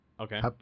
Okay